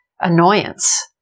annoyance